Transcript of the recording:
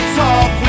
talk